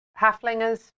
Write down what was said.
Halflingers